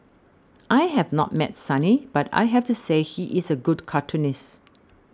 I have not met Sonny but I have to say he is a good cartoonist